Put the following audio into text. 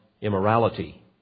immorality